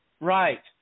Right